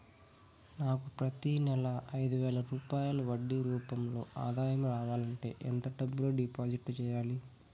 నాకు ప్రతి నెల ఐదు వేల రూపాయలు వడ్డీ రూపం లో ఆదాయం రావాలంటే ఎంత డబ్బులు డిపాజిట్లు సెయ్యాలి?